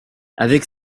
avec